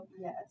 Yes